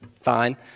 fine